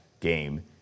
game